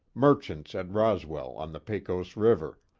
merchants at roswell, on the pecos river.